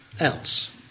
Else